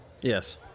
yes